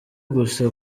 gusa